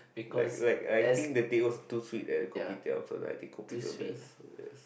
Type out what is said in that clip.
like like I think the teh O too sweet at the kopitiam so that I think kopi is the best yes